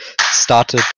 started